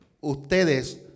Ustedes